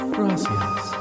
Gracias